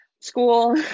school